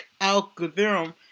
algorithm